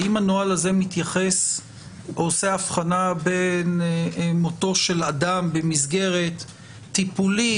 האם הנוהל הזה מתייחס או עושה הבחנה בין מותו של אדם במסגרת טיפולית,